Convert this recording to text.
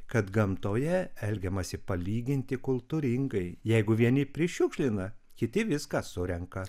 kad gamtoje elgiamasi palyginti kultūringai jeigu vieni prišiukšlina kiti viską surenka